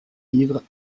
livres